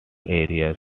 areas